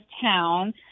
town